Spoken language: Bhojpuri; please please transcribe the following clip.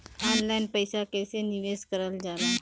ऑनलाइन पईसा कईसे निवेश करल जाला?